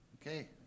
Okay